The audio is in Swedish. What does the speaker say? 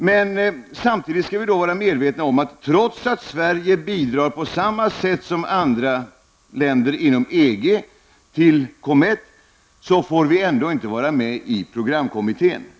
Men samtidigt skall vi vara medvetna om att Sverige, trots att vi bidrar på samma sätt som andra länder inom EG till Comett, ändå inte får vara med i programkommittén.